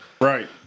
Right